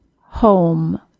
HOME